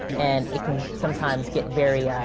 and it can sometimes get very